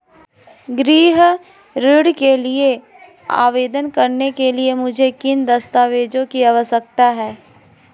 गृह ऋण के लिए आवेदन करने के लिए मुझे किन दस्तावेज़ों की आवश्यकता है?